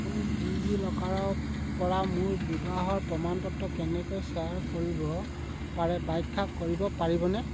আপুনি ডিজিলকাৰৰপৰা মোৰ বিবাহৰ প্ৰমাণপত্ৰ কেনেকৈ শ্বেয়াৰ কৰিব পাৰে ব্যাখ্যা কৰিব পাৰিবনে